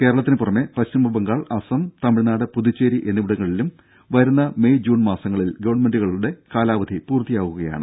കേരളത്തിന് പുറമെ പശ്ചിമബംഗാൾ അസം തമിഴ്നാട് പുതുച്ചേരി എന്നിവിടങ്ങളിലും വരുന്ന മെയ് ജൂൺ മാസങ്ങളിൽ ഗവൺമെന്റുകൾ കാലാവധി പൂർത്തിയാക്കുകയാണ്